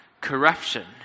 corruption